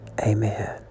Amen